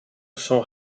são